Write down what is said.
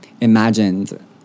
imagined